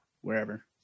wherever